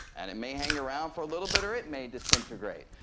and it may hang around for a little bit or it may disintegrate.